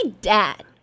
dad